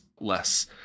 less